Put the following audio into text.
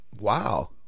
Wow